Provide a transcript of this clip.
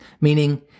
meaning